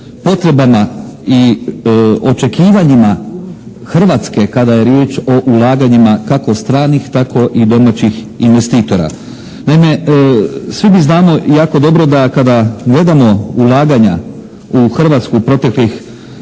potrebama i očekivanjima Hrvatske kada je riječ o ulaganjima kako stranih tako i domaćih investitora. Naime svi mi znamo jako dobro da kada gledamo ulaganja u Hrvatsku proteklih